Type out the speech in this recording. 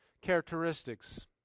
characteristics